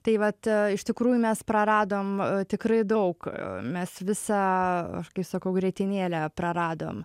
tai vat iš tikrųjų mes praradom tikrai daug mes visą aš kai sakau grietinėlę praradom